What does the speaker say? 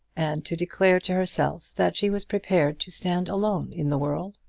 and to declare to herself that she was prepared to stand alone in the world.